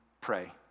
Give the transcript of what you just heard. pray